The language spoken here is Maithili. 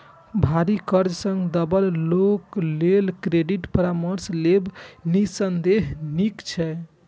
भारी कर्ज सं दबल लोक लेल क्रेडिट परामर्श लेब निस्संदेह नीक छै